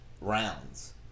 rounds